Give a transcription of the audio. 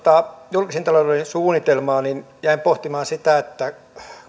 julkisen talouden suunnitelmaa niin jäin pohtimaan sitä että